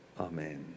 amen